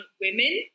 women